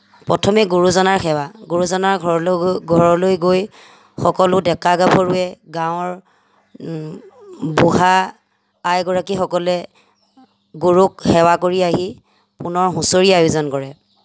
প্ৰথমে গুৰুজনাৰ সেৱা গুৰুজনাৰ ঘৰলৈ গৈ ঘৰলৈ গৈ সকলো ডেকা গাভৰুৱে গাঁৱৰ বুঢ়া আই গৰাকীসকলে গৰুক সেৱা কৰি আহি পুনৰ হুঁচৰিৰ আয়োজন কৰে